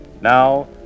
Now